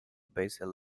basil